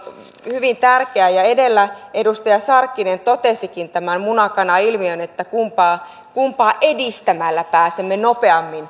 hyvin tärkeä ja edellä edustaja sarkkinen totesikin tämän muna kana ilmiön että kumpaa kumpaa edistämällä pääsemme